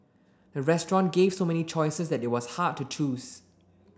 the restaurant gave so many choices that it was hard to choose